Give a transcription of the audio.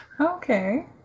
Okay